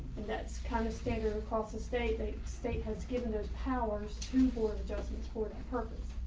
and that's kind of standard across the state, the state has given those powers to board doesn't toward a purpose.